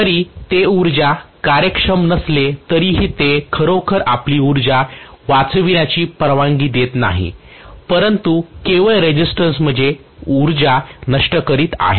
जरी ते ऊर्जा कार्यक्षम नसले तरीही ते खरोखर आपली ऊर्जा वाचविण्याची परवानगी देत नाही परंतु केवळ रेसिस्टन्स मध्ये उर्जा नष्ट करीत आहे